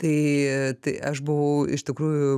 tai tai aš buvau iš tikrųjų